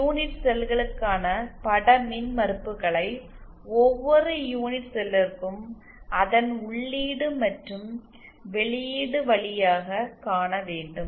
unit செல்களுக்கான பட மின்மறுப்புகளை ஒவ்வொரு யூனிட் செல்லிற்கும் அதன் உள்ளீடு மற்றும் வெளியீடு வழியாக காண வேண்டும்